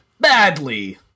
badly